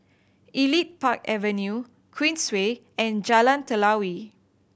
Elite Park Avenue Queensway and Jalan Telawi